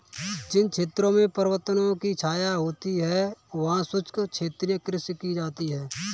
जिन क्षेत्रों में पर्वतों की छाया होती है वहां शुष्क क्षेत्रीय कृषि की जाती है